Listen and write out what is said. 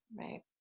Right